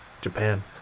Japan